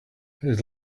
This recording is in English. his